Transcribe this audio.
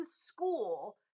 school